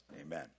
Amen